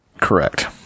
Correct